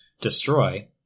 destroy